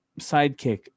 sidekick